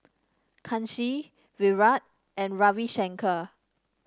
Kanshi Virat and Ravi Shankar